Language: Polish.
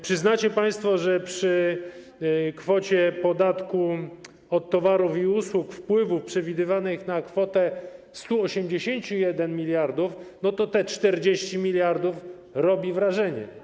Przyznacie państwo, że przy kwocie podatku od towarów i usług, wpływów przewidywanych na kwotę 181 mld, to te 40 mld robi wrażenie.